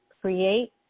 create